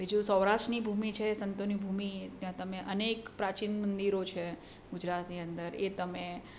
બીજું સૌરાષ્ટ્રની ભૂમિ છે સંતોની ભૂમિ ત્યાં તમે અનેક પ્રાચીન મંદિરો છે ગુજરાતની અંદર એ તમે